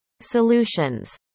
Solutions